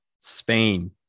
Spain